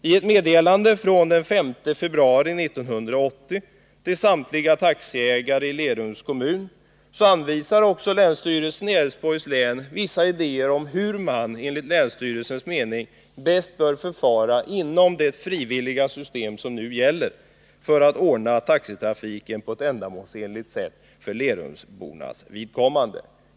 I ett meddelande den 5 februari 1980 till samtliga taxiägare i Lerums kommun redovisar också länsstyrelsen i Älvsborgs län vissa idéer om hur man enligt länsstyrelsens mening bäst bör förfara inom det frivilliga system som nu gäller, för att ordna taxitrafiken på ett ändamålsenligt sätt för lerumbornas vidkommande.